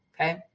Okay